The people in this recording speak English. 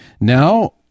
now